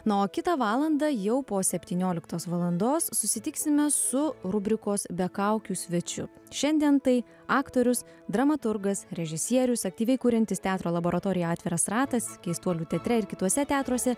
na o kitą valandą jau po septynioliktos valandos susitiksime su rubrikos be kaukių svečiu šiandien tai aktorius dramaturgas režisierius aktyviai kuriantis teatro laboratorijoje atviras ratas keistuolių teatre ir kituose teatruose